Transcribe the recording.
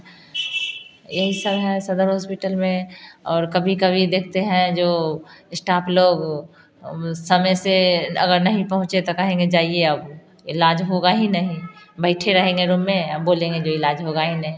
यही सब है सदर हॉस्पिटल में और कभी कभी देखते हैं जो स्टाफ लोग समय से अगर नहीं पहुँचे तो कहते हैं जाईए आप इलाज होगा ही नहीं बैठे रहेंगे रूम में बोलेंगे इलाज होगा ही नहीं